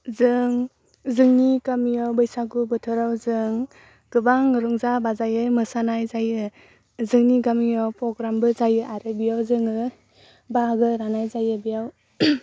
जों जोंनि गामियाव बैसागु बोथोराव जों गोबां रंजा बाजायै मोसानाय जायो जोंनि गामियाव प्रग्रामबो जायो आरो बेयाव जोङो बाहागो लानाय जायो बेयाव